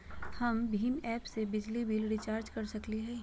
हम भीम ऐप से बिजली बिल रिचार्ज कर सकली हई?